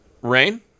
Rain